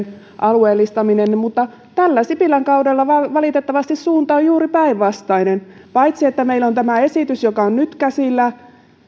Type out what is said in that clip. alueellistaminen mutta tällä sipilän kaudella valitettavasti suunta on juuri päinvastainen paitsi että meillä on tämä esitys joka on nyt käsillä